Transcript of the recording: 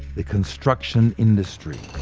the construction industry.